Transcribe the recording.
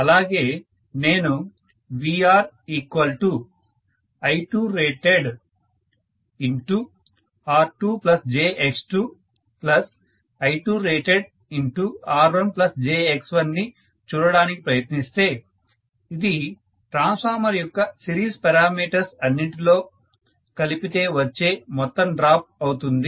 అలాగే నేను VRI2ratedR2jX2I2ratedR1jX1 ని చూడడానికి ప్రయత్నిస్తే ఇది ట్రాన్స్ఫార్మర్ యొక్క సిరీస్ పారామీటర్స్ అన్నింటిలో కలిపితే వచ్చే మొత్తం డ్రాప్ అవుతుంది